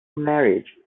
marriage